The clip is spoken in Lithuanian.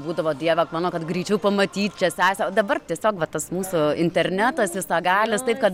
būdavo dieve mano kad greičiau pamatyt čia sesę o dabar tiesiog va tas mūsų internetas visagalis taip kad